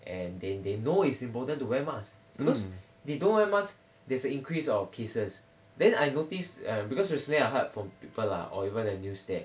and they they know it's important to wear mask because they don't wear mask there's a increase of cases then I noticed because recently I heard from people lah or or even the news that